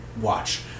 watch